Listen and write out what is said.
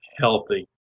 healthy